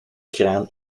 kraan